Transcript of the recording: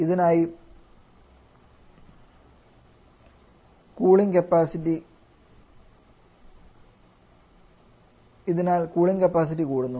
ഇതിനാൽ cooling capacity കൂടുന്നു